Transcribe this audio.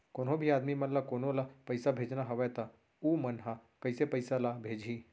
कोन्हों भी आदमी मन ला कोनो ला पइसा भेजना हवय त उ मन ह कइसे पइसा ला भेजही?